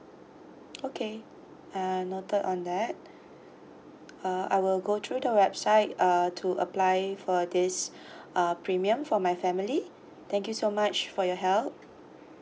okay uh noted on that uh I will go through the website uh to apply for this uh premium for my family thank you so much for your help